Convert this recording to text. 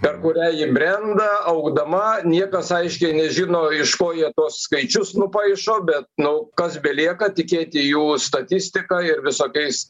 per kurią ji brenda augdama niekas aiškiai nežino iš ko jie tuos skaičius nupaišo bet nu kas belieka tikėti jų statistika ir visokiais